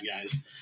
guys